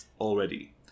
already